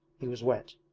he was wet.